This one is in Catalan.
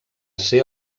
ser